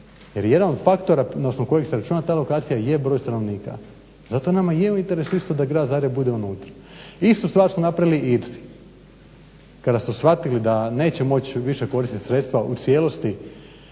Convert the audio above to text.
jer jedan od faktora … kojeg se računa ta lokacija je broj stanovnika. Zato nama je u interesu isto da Grad Zagreb bude unutra. Istu stvar su napravili Irci kada su shvatili da neće moći više koristit sredstva u cijelosti